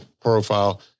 profile